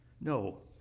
No